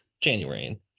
January